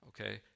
okay